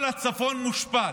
כל הצפון מושבת.